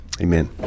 Amen